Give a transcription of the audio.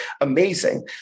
amazing